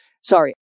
sorry